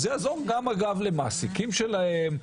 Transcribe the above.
למעסיקים שלהם,